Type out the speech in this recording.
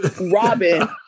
Robin